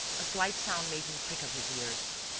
a slight sound made him prick up his ears.